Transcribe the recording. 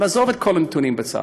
לעזוב את כל הנתונים בצד.